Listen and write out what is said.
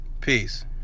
Peace